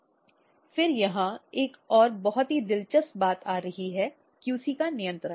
slide समय देखें 3654 फिर यहाँ एक और बहुत ही दिलचस्प बात आ रही है QC का नियंत्रण